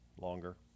Longer